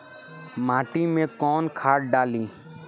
माटी में कोउन खाद डाली?